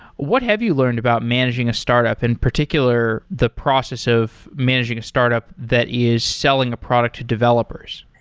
what have you learned about managing a startup, in particular, the process of managing a startup that is selling a product to developers?